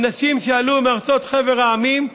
נשים שעלו מארצות חבר העמים,